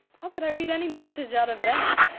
how could i read any message out of that?